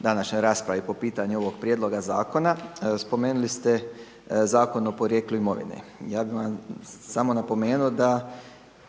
današnjoj raspravi po pitanju ovog prijedloga zakona. Spomenuli ste Zakon o porijeklu imovine, ja bi vam samo napomenuo da